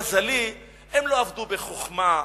למזלי הם לא עבדו בחוכמה,